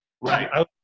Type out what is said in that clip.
Right